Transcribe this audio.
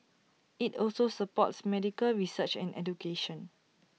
IT also supports medical research and education